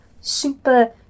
super